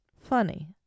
Funny